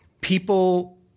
people